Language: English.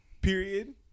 period